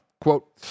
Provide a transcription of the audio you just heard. Quote